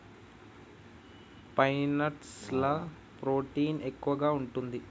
pine nuts ల protein ఎక్కువు ఉంటది